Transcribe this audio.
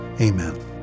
Amen